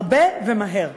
הרבה, ומהר: